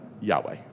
Yahweh